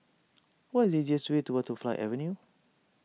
what is the easiest way to Butterfly Avenue